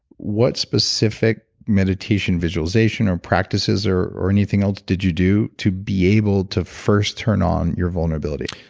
what specific meditation visualization or practices or or anything else did you do to be able to first turn on your vulnerability?